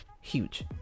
huge